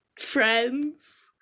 friends